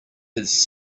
his